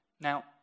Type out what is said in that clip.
Now